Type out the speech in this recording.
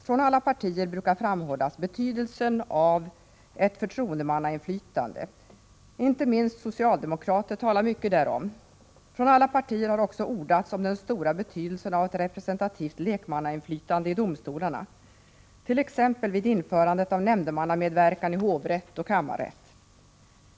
Från alla partier brukar framhållas betydelsen av ett förtroendemannainflytande — inte minst socialdemokrater talar mycket därom. Från alla partier har också ordats om den stora betydelsen av ett representativt lekmannainflytande i domstolarna t.ex. vid införandet av nämndemannamedverkan i hovrätt och kammarrätt.